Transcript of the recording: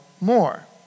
more